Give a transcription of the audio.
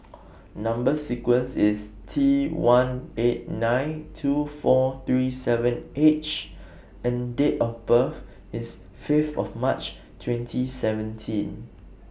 Number sequence IS T one eight nine two four three seven H and Date of birth IS five of March twenty seventeen